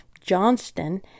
Johnston